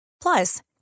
Plus